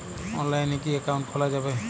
অনলাইনে কি অ্যাকাউন্ট খোলা যাবে?